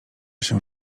się